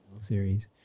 series